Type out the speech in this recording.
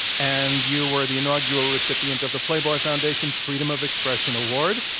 and you were the inaugural recipient of the playboy foundation's freedom of expression award.